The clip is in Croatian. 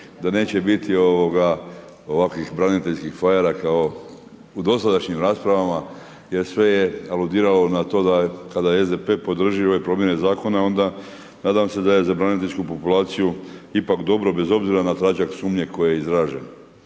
da neće biti ovakvih braniteljskih …/Govornik se ne razumije./… kao u dosadašnjim raspravama jer sve je aludiralo na to da kada SDP podrži ove promjene zakona onda nadam se da je za braniteljsku populaciju ipak dobro bez obzira na tračak sumnje koji je izražen.